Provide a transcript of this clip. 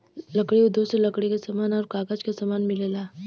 लकड़ी उद्योग से लकड़ी क समान आउर कागज क समान मिलेला